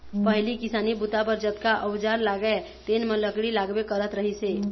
पहिली किसानी बूता बर जतका अउजार लागय तेन म लकड़ी लागबे करत रहिस हे